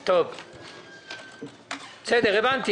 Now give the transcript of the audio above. הבנתי.